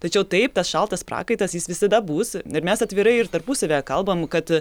tačiau taip tas šaltas prakaitas jis visada bus ir mes atvirai ir tarpusavyje kalbam kad